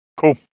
Cool